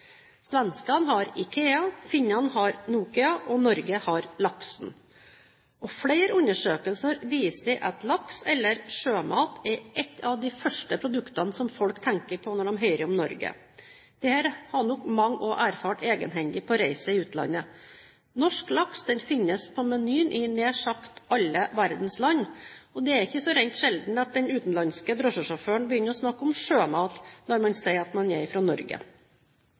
Svenskene har Ikea, finnene har Nokia, og Norge har laksen. Flere undersøkelser viser at laks eller sjømat er et av de første produktene som folk tenker på når de hører om Norge. Dette har nok mange også erfart egenhendig på reise i utlandet. Norsk laks finnes på menyen i nær sagt alle verdens land, og det er ikke så rent sjelden at den utenlandske drosjesjåføren begynner å snakke om sjømat når man sier man er fra Norge.